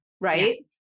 right